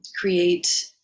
create